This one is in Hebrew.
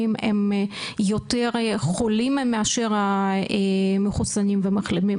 הם יותר חולים מאשר מחסונים ומחלימים?